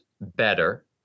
better